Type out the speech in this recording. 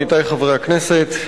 עמיתי חברי הכנסת,